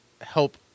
help